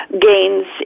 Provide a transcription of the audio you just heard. gains